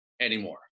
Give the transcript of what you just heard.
anymore